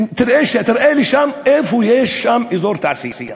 ותראה לי איפה יש שם אזור תעשייה,